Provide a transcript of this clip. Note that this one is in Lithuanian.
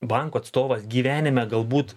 banko atstovas gyvenime galbūt